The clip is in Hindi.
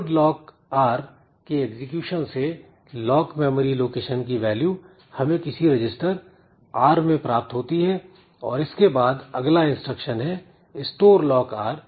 Load lock R के एग्जीक्यूशन से लॉक मेमोरी लोकेशन की वैल्यू हमें किसी रजिस्टर R मैं प्राप्त होती है और इसके बाद अगला इंस्ट्रक्शन है Store Lock R